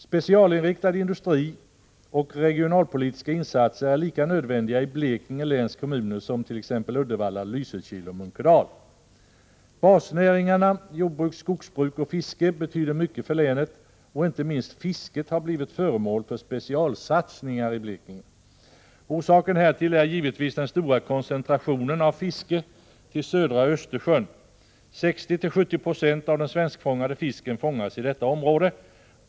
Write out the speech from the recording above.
Specialinriktad industri och regionalpolitiska insatser är lika nödvändiga i Blekinge läns kommuner som i t.ex Uddevalla, Lysekil och Munkedal. Basnäringarna jordbruk, skogsbruk och fiske betyder mycket för länet, och inte minst fisket har blivit föremål för specialsatsningar i Blekinge. Orsaken härtill är givetvis den stora koncentrationen av fiske till södra Östersjön. 60-70 26 av den svenskfångade fisken fångas i detta område.